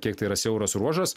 kiek tai yra siauras ruožas